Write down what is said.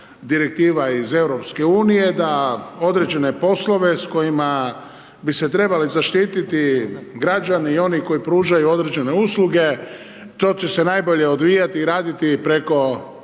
direktiva iz EU-a da određene poslove s kojima bi se trebale zaštititi građani i oni koji pružaju određene usluge, to će se najbolje odvijati i raditi preko